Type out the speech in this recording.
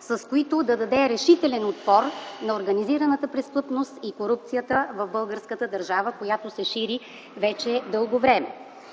с които да даде решителен отпор на организираната престъпност и корупцията в българската държава, която се шири вече дълго време.